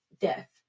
death